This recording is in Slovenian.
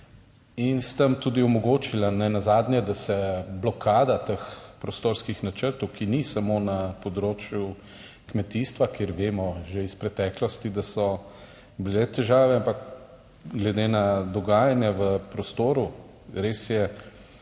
nenazadnje tudi omogočili, da se blokada teh prostorskih načrtov, ki ni samo na področju kmetijstva, kjer vemo že iz preteklosti, da so bile težave, ampak glede na dogajanje v prostoru. Res je,